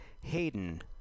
Hayden